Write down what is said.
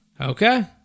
Okay